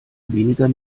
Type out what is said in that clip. weniger